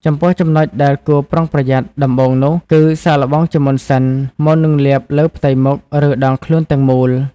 ចំពោះ ចំណុចដែលគួរឲ្យប្រុងប្រយ័ត្នដំបូងនោះគឺ សាកល្បងជាមុនសិន មុននឹងលាបលើផ្ទៃមុខ ឬដងខ្លួនទាំងមូល។